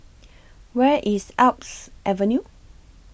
Where IS Alps Avenue